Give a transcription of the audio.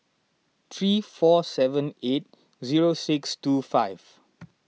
three four seven eight zero six two five